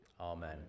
Amen